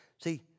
See